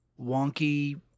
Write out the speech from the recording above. wonky